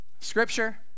Scripture